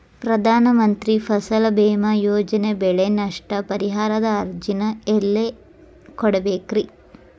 ಪ್ರಧಾನ ಮಂತ್ರಿ ಫಸಲ್ ಭೇಮಾ ಯೋಜನೆ ಬೆಳೆ ನಷ್ಟ ಪರಿಹಾರದ ಅರ್ಜಿನ ಎಲ್ಲೆ ಕೊಡ್ಬೇಕ್ರಿ?